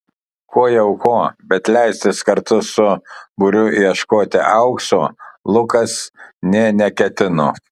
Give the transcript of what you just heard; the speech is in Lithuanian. ko jau ko bet leistis kartu su būriu ieškoti aukso lukas nė neketino